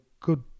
good